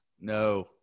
No